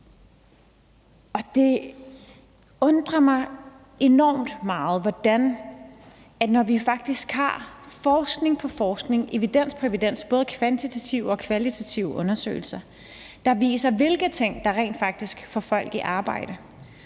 Det undrer mig enormt meget, at man – når vi faktisk har forskning på forskning og evidens på evidens i både kvantitative og kvalitative undersøgelser, der viser, hvilke ting der rent faktisk får folk i arbejde,